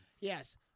Yes